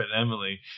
Emily